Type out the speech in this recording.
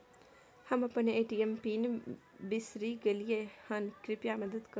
हम अपन ATM PIN बिसरि गलियै हन, कृपया मदद करु